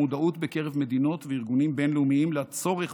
המודעות בקרב מדינות וארגונים בין-לאומיים לצורך